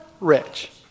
rich